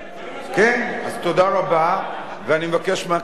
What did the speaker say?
ואני מבקש מהכנסת לקבל את הצעת החוק.